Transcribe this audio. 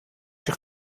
zich